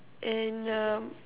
and um